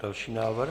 Další návrh.